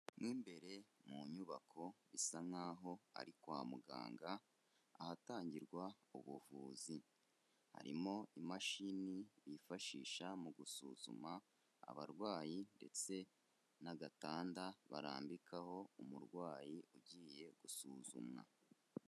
Mo imbere mu nyubako bisa nk'aho ari kwa muganga ahatangirwa ubuvuzi, harimo imashini bifashisha mu gusuzuma abarwayi ndetse n'agatanda barambikaho umurwayi ugiye gusuzumwa.